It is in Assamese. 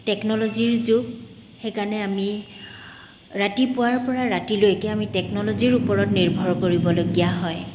টেকন'ল'জিৰ যুগ সেইকাৰণে আমি ৰাতিপুৱাৰ পৰা ৰাতিলৈকে আমি টেকন'লজিৰ ওপৰত নিৰ্ভৰ কৰিবলগীয়া হয়